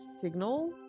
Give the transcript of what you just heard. signal